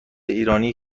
ایرانی